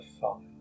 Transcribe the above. five